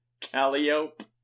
Calliope